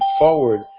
forward